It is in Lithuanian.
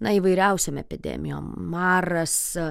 na įvairiausiom epidemijom maras